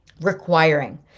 Requiring